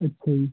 ਅੱਛਾ ਜੀ